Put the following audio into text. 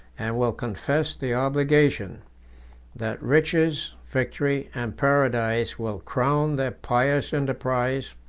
and will confess the obligation that riches, victory, and paradise, will crown their pious enterprise,